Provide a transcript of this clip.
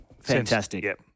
fantastic